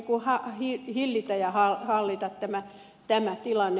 nyt täytyy hillitä ja hallita tämä tilanne